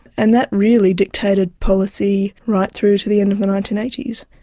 and that really dictated policy right through to the end of the nineteen eighty s.